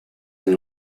and